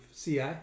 CI